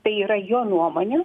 tai yra jo nuomonė